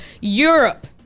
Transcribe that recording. Europe